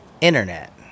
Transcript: internet